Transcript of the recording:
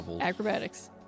Acrobatics